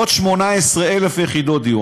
עוד 18,000 יחידות דיור.